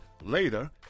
Later